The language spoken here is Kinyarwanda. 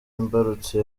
imbarutso